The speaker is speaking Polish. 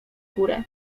górę